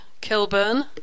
Kilburn